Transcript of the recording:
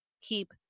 keep